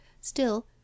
Still